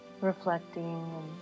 reflecting